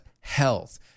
health